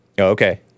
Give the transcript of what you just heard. okay